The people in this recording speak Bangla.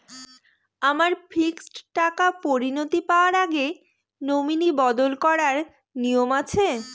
আমার ফিক্সড টাকা পরিনতি পাওয়ার আগে নমিনি বদল করার নিয়ম আছে?